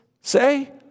say